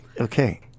Okay